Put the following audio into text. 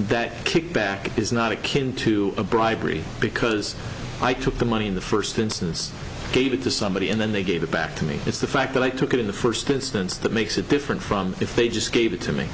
that kickback is not a kin to bribery because i took the money in the first instance gave it to somebody and then they gave it back to me it's the fact that i took it in the first instance that makes it different from if they just gave it to me